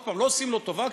עוד פעם: לא עושים לו טובה,